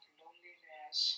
loneliness